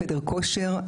חדר כושר,